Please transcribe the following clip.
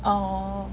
orh